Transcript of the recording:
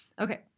Okay